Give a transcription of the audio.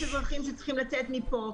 יש אזרחים שצריכים לצאת מפה.